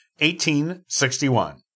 1861